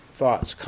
thoughts